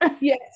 Yes